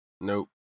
Nope